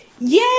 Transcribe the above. Yay